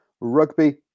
rugby